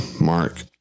Mark